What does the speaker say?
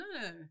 no